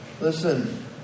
Listen